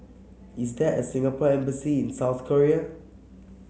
is there a Singapore Embassy in South Korea